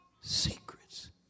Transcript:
secrets